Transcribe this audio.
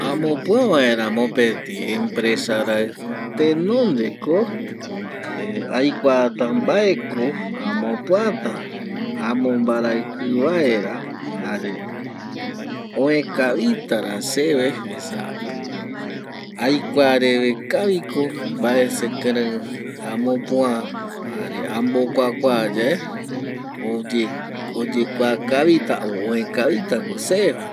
Amopua vaera mopeti empresa raɨ tenonde ko aikuata mbae ko amopua ta amombaraɨkɨ vaera jare oe kavita ra seve esa aikua reve kavi ko mbae sekɨrei amopua jare ambokuakua yae oye, oyekua kavita o oe kavita ko se va